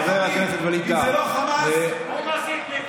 הרי כולם יודעים שזה שקר, היושב-ראש יודע שזה שקר.